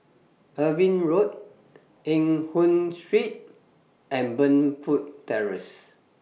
Irving Road Eng Hoon Street and Burnfoot Terrace